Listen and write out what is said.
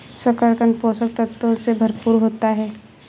शकरकन्द पोषक तत्वों से भरपूर होता है